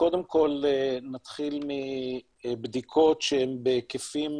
קודם כל נתחיל מבדיקות שהן בהיקפים